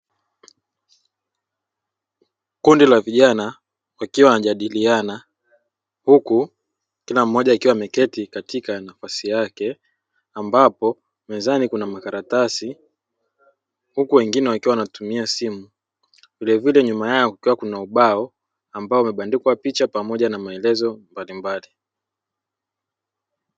Kundi la vijana wakiwa wanajidiliana huku kila mmoja akiwa ameketi katika nafasi yake ambapo mezani kuna makaratasi huku wengine wakiwa wanatumia simu. Vilevile nyuma yao kukiwa na ubao ambao umebandikwa picha pamoja na maelezo mbalimbali.